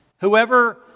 whoever